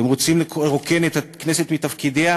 אתם רוצים לרוקן את הכנסת מתפקידיה,